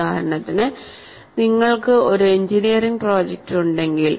ഉദാഹരണത്തിന് നിങ്ങൾക്ക് ഒരു എഞ്ചിനീയറിംഗ് പ്രോജക്റ്റ് ഉണ്ടെങ്കിൽ